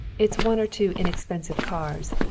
its one or two inexpensive cars,